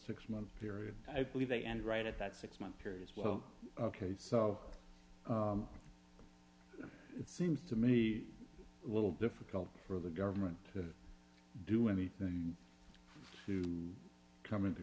six month period i believe they end right at that six month period as well ok so it seems to me a little difficult for the government to do anything to come into